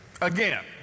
again